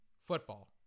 football